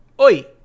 Oi